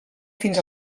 fins